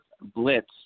Blitz